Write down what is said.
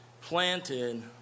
planted